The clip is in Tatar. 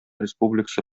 республикасы